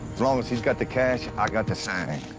long as he's got the cash, i got the seng. i